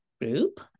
Group